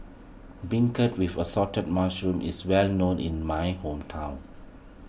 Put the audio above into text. Beancurd with Assorted Mushrooms is well known in my hometown